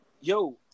yo